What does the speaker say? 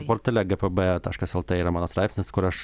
portale gpb taškas lt yra mano straipsnis kur aš